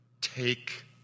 Take